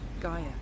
Gaia